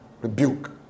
rebuke